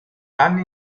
anni